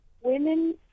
women